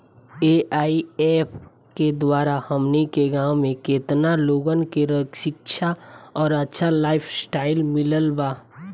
AIF के द्वारा हमनी के गांव में केतना लोगन के शिक्षा और अच्छा लाइफस्टाइल मिलल बा